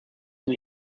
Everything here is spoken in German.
den